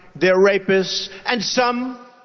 they're rapists. and some,